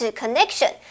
connection，